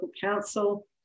council